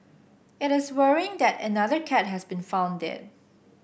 it is worrying that another cat has been found dead